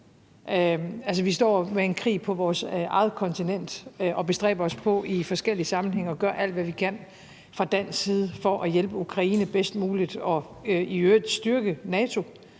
vi står med en krig på vores eget kontinent og bestræber os på i forskellige sammenhænge at gøre alt, hvad vi kan, fra dansk side for at hjælpe Ukraine bedst muligt – og i øvrigt styrke NATO